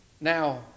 Now